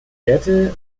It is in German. werte